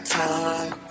time